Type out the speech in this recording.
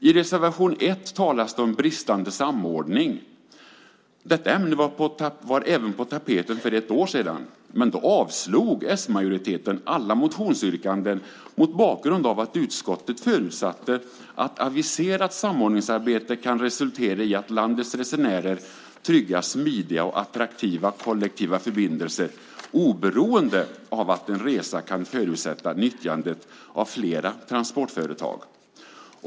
I reservation 1 talas det om bristande samordning. Detta ämne var även på tapeten för ett år sedan. Men då avslog s-majoriteten alla motionsyrkanden mot bakgrund av att utskottet förutsatte att aviserat samordningsarbete kan resultera i att landets resenärer tryggas smidiga och attraktiva kollektiva förbindelser oberoende av att en resa kan förutsätta nyttjandet av flera transportföretag.